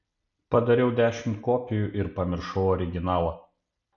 padariau dešimt kopijų ir pamiršau originalą